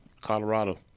Colorado